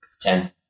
Ten